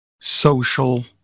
social